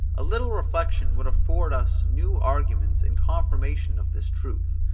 a little reflection would afford us new arguments in confirmation of this truth,